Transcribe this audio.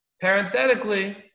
Parenthetically